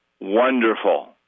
Wonderful